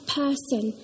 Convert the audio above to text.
person